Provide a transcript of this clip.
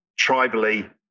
tribally